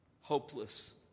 hopeless